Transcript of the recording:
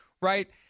right